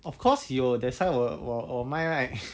of course 有 thats why 我我卖 right